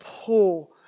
pull